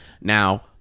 Now